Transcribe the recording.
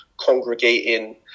congregating